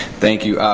thank you.